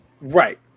Right